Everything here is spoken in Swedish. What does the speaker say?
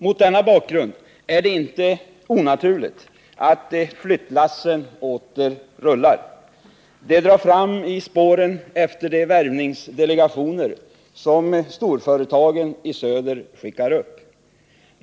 Mot denna bakgrund är det inte onaturligt att flyttlassen åter rullar. De drar fram i spåren efter de värvningsdelegationer som storföretagen i söder skickar upp.